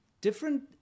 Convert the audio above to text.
Different